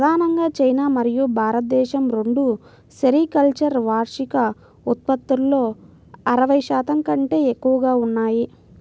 ప్రధానంగా చైనా మరియు భారతదేశం రెండూ సెరికల్చర్ వార్షిక ఉత్పత్తిలో అరవై శాతం కంటే ఎక్కువగా ఉన్నాయి